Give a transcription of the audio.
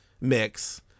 mix